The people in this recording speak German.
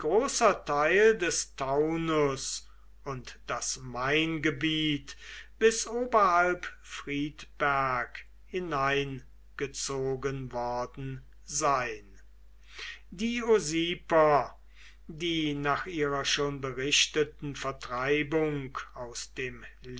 teil des taunus und das maingebiet bis oberhalb friedberg hineingezogen worden sein die usiper die nach ihrer schon berichteten vertreibung aus dem